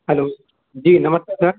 hello जी नमस्ते sir